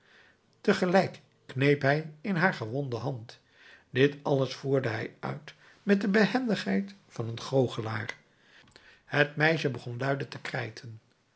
tegelijkertijd kneep hij in haar gewonde hand dit alles voerde hij uit met de behendigheid van een goochelaar het meisje begon luide te krijten